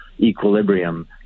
equilibrium